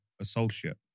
associate